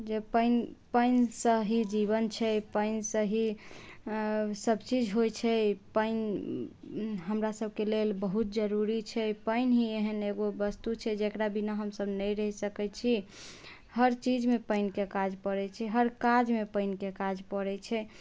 जे पानि से ही जीवन छै पानि से ही सब चीज होइत छै पानि हमरा सबके लेल बहुत जरूरी छै पानि ही एहन एगो वस्तु छै जेकरा बिना हमसब नहि रहि सकैत छी हर चीजमे पानिके काज पड़ैत छै हर काजमे पानिके काज पड़ैत छै